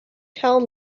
tell